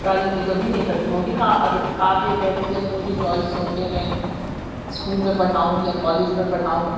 تعلیم تو کبھی نہیں ختم ہوگی ہاں اگر آپ یہ کہہ رہے ہیں کہ اگر مجھے چوائس ہو کہ میں اسکول میں پڑھاؤں یا کالج میں پڑھاؤں